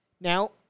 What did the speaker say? Now